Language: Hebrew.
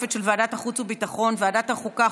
המשותפת של ועדת החוץ והביטחון וועדת החוקה,